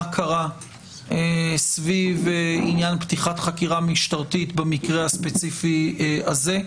קרה סביב עניין פתיחת חקירה משטרתית במקרה הספציפי הזה.